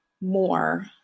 more